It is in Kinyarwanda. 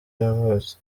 yavutse